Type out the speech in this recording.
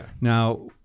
now